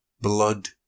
Blood